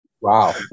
Wow